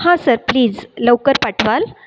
हा sir please लवकर पाठवाल